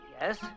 yes